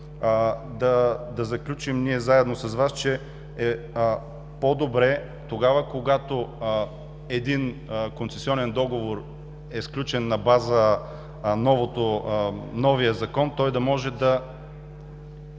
да заключим заедно с Вас, че е по-добре тогава, когато един концесионен договор е сключен на базата на новия Закон, той да може да…